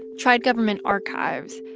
tried government archives,